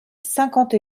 cinquante